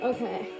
Okay